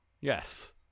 Yes